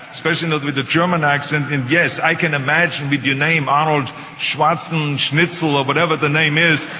especially not with a german accent and yes, i can imagine with your name, arnold schwarzen-schnitzle, or whatever the name is,